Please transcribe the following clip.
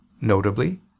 notably